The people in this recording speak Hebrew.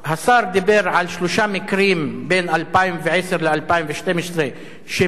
השר דיבר על שלושה מקרים בין 2012 ל-2012 שפוענחו,